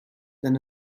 than